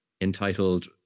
entitled